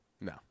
No